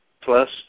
Plus